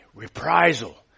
Reprisal